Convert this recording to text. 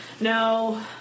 No